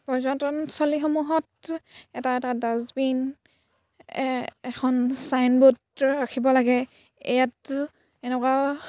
পৰ্যটনস্থলীসমূহত এটা এটা ডাষ্টবিন এ এখন চাইনবোৰ্ড ৰাখিব লাগে ইয়াত এনেকুৱা